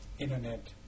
internet